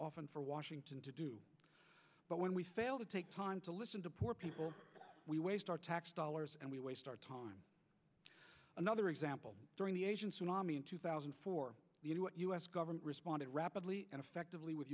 often for washington to do but when we fail to take time to listen to poor people we waste our tax dollars and we waste our time another example during the asian tsunami in two thousand and four what us government responded rapidly and effectively with